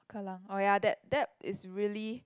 Kallang oh ya that that is really